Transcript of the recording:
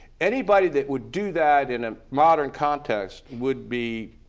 anybody that would do that in a modern context would be,